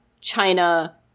China